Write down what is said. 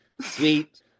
sweet